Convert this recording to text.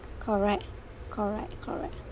correct correct correct